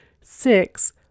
Six